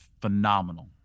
phenomenal